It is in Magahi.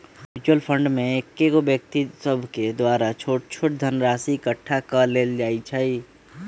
म्यूच्यूअल फंड में कएगो व्यक्ति सभके द्वारा छोट छोट धनराशि एकठ्ठा क लेल जाइ छइ